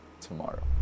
tomorrow